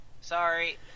Sorry